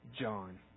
John